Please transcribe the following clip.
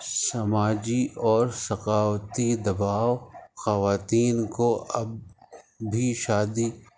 سماجی اور ثقافتی دباؤ خواتین کو اب بھی شادی